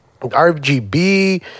rgb